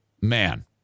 Man